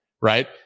right